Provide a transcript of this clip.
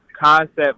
concept